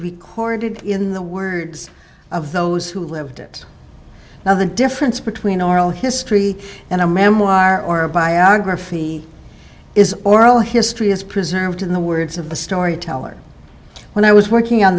recorded in the words of those who lived it now the difference between oral history and a memoir or a biography is oral history is preserved in the words of the storyteller when i was working on